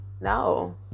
No